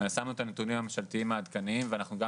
שמנו את הנתונים הממשלתיים העדכניים ואנחנו גם